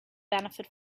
benefit